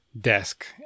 desk